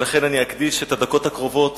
ולכן אקדיש את הדקות הקרובות